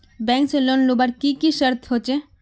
Bank से loan लुबार की की शर्त होचए?